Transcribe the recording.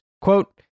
quote